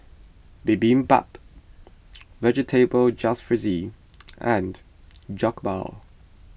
Bibimbap Vegetable Jalfrezi and Jokbal